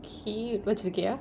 K படிச்சிருக்கியா:padichirukkiyaa